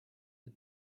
the